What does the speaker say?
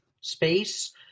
space